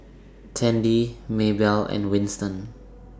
Tandy Maebell and Winston